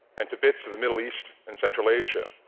and to bits of the middle east and central asia.